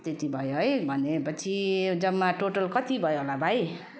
त्यति भयो है भने पछि जम्मा टोटल कति भयो होला भाइ